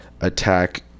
attack